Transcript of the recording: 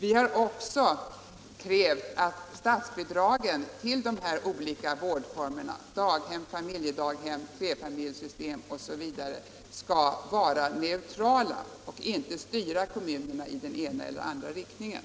Vi har också krävt att statsbidragen till de olika vårdformerna — daghem, familjedaghem, flerfamiljssystem osv. — skall vara neutrala och inte styra kommunerna i den ena eller andra riktningen.